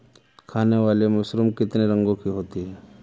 खाने वाली मशरूम कितने रंगों की होती है?